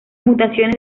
mutaciones